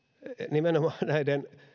nimenomaan näiden